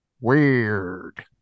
weird